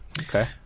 okay